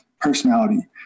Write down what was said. personality